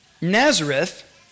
Nazareth